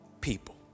people